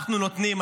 אנחנו נותנים,